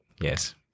Yes